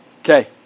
Okay